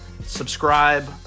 subscribe